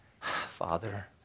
Father